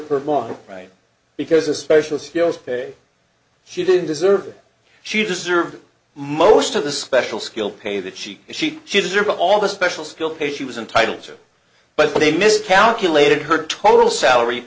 per long right because a special skills pay she didn't deserve it she deserved most of the special skill pay that she she she deserve all the special skill pay she was entitled to but they miscalculated her total salary